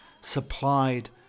supplied